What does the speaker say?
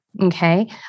okay